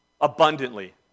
Abundantly